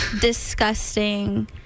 disgusting